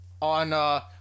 on